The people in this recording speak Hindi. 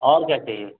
और क्या चाहिए